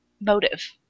motive